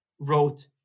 wrote